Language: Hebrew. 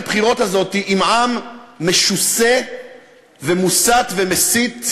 הבחירות הזאת עם עַם משוסה ומוסת ומסית,